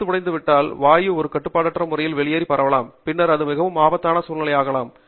கழுத்து உடைந்து விட்டால் வாயு ஒரு கட்டுப்பாடற்ற முறையில் வெளியே வரலாம் பின்னர் அது மிகவும் ஆபத்தான சூழ்நிலையாகும்